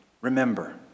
remember